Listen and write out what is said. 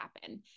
happen